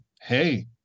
hey